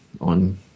on